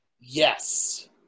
yes